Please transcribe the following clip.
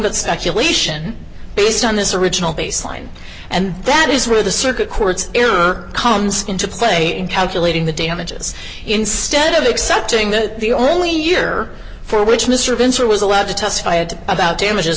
but speculation based on this original baseline and that is where the circuit courts comes into play in calculating the damages instead of accepting that the only year for which mr vinson was allowed to testify had about damages